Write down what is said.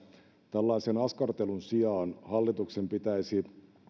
tällaisen askartelun sijaan hallituksen pitäisi